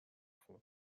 خورد